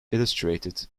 illustrated